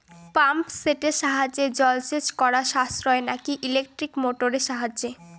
Pump সেটের সাহায্যে জলসেচ করা সাশ্রয় নাকি ইলেকট্রনিক মোটরের সাহায্যে?